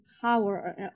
power